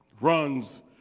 runs